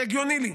זה הגיוני לי.